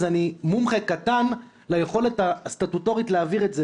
אז אני מומחה קטן ליכולת הסטטוטורית להעביר את זה,